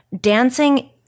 dancing